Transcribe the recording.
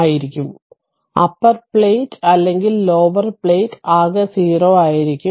ആയിരിക്കും upper plate അല്ലെങ്കിൽ lower plate ആകെ 0 ആയിരിക്കും